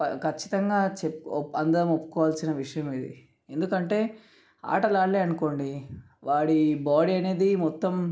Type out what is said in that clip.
క ఖచ్చితంగా చెప్పు అందరం ఒప్పుకోవాల్సిన విషయం ఇది ఎందుకంటే ఆటలు ఆడలేదు అనుకోండి వాడి బాడీ అనేది మొత్తం